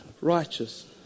Righteous